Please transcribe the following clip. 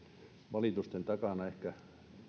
valitusten takana on laskettu ehkä